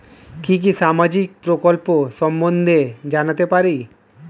কি কি সামাজিক প্রকল্প সম্বন্ধে জানাতে পারি?